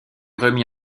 remis